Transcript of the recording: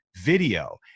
video